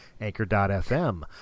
Anchor.fm